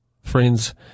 Friends